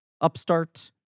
upstart